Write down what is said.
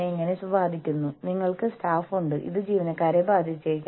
തൊഴിൽ ബന്ധ പ്രക്രിയ നിങ്ങൾ എങ്ങനെയാണ് കൈകാര്യം ചെയ്യുന്നത്